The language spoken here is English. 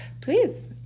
please